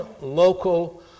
local